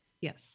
Yes